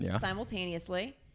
simultaneously